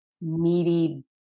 meaty